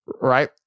right